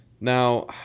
Now